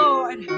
Lord